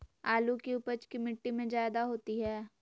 आलु की उपज की मिट्टी में जायदा होती है?